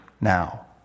now